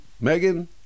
Megan